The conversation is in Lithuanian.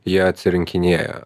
jie atsirinkinėja